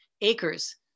acres